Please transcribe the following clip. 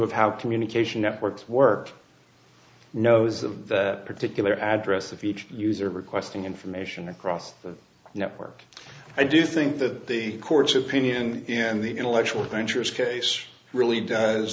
of how communication networks work knows the particular address of each user requesting information across the network i do think that the court's opinion and the intellectual ventures case really